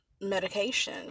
medication